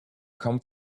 come